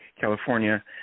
California